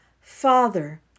father